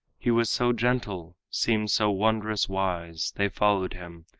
he was so gentle, seemed so wondrous wise, they followed him,